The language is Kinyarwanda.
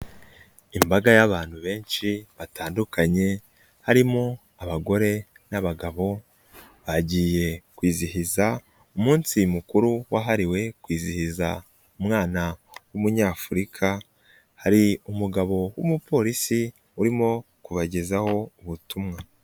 Imbaga y'abantu benshi batandukanye, harimo abagore n'abagabo, bagiye kwizihiza umunsi mukuru wahariwe kwizihiza umwana w'Umunyafurika, hari umugabo w'umupolisi urimo kubagezaho ubutumwa.